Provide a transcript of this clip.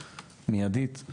מיידית.